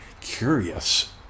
curious